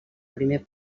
primer